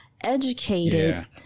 educated